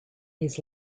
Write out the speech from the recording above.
his